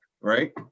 right